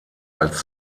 als